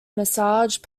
massage